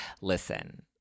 Listen